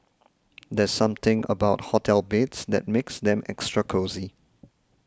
there's something about hotel beds that makes them extra cosy